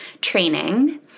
training